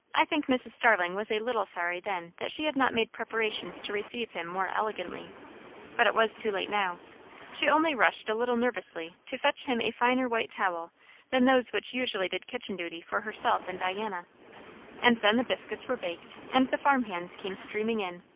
i think mrs. starling was a little sorry then that she had not made preparations to receive him more elegantly but it was too late now she only rushed a little nervously to fetch him a finer white towel than those which usually did kitchen duty for herself and diana and then the biscuits were baked, and the farm hands came streaming in.